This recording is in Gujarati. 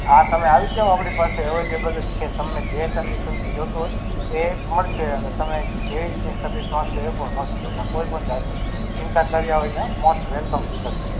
હા તમે આવી જ જાવ આપણી પાસે અવેલેબલ જ છે તમને જે કંડિશનથી જોઈતું હોય એ મળશે અને તમે જે રીતની સર્વિસ માગશો એ પણ મળશે કોઈ પણ જાતની ચિંતા કર્યા વિના મોસ્ટ વેલકમ સિધ્ધાર્થભાઈ